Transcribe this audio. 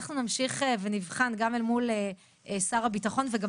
אנחנו נמשיך ונבחן גם אל מול שר הביטחון וגם